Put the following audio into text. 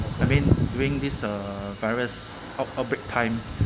I mean during this uh virus out~ outbreak time